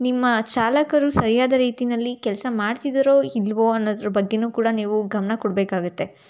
ನಿಮ್ಮ ಚಾಲಕರು ಸರಿಯಾದ ರೀತಿನಲ್ಲಿ ಕೆಲಸ ಮಾಡ್ತಿದಾರೋ ಇಲ್ಲವೋ ಅನ್ನೋದ್ರ ಬಗ್ಗೆನೂ ಕೂಡ ನೀವು ಗಮನ ಕೊಡಬೇಕಾಗುತ್ತೆ